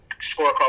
scorecard